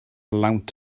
lawnt